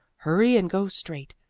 hurry and go straight.